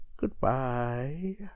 Goodbye